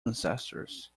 ancestors